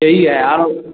यही है और